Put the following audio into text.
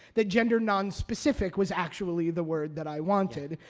that gender nonspecific was actually the word that i wanted.